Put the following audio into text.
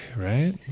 right